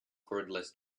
cordless